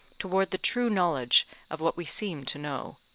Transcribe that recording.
toward the true knowledge of what we seem to know.